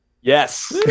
Yes